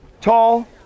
tall